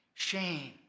shame